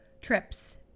trips